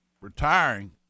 retiring